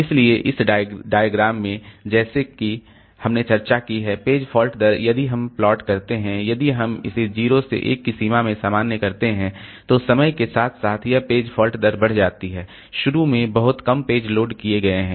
इसलिए इस डायग्राम में जैसा कि हमने चर्चा की है पेज फॉल्ट दर यदि हम प्लॉट करते हैं यदि हम इसे 0 से 1 की सीमा में सामान्य करते हैं तो समय के साथ साथ यह पेज फॉल्ट दर बढ़ जाती है शुरू में बहुत कम पेज लोड किए गए हैं